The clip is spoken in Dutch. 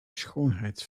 schoonheid